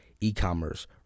e-commerce